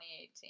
2018